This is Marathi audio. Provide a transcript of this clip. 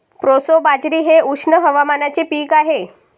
प्रोसो बाजरी हे उष्ण हवामानाचे पीक आहे